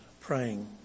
praying